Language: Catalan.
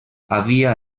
havia